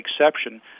exception